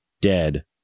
dead